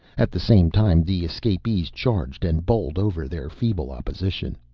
at the same time the escapees charged and bowled over their feeble opposition.